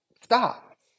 stop